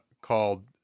called